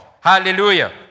Hallelujah